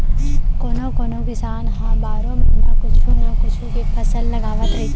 कोनो कोनो किसान ह बारो महिना कुछू न कुछू के फसल लगावत रहिथे